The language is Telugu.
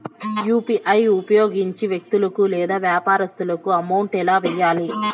యు.పి.ఐ ఉపయోగించి వ్యక్తులకు లేదా వ్యాపారస్తులకు అమౌంట్ ఎలా వెయ్యాలి